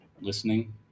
listening